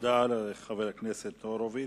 תודה לחבר הכנסת הורוביץ.